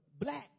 black